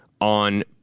on